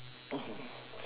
so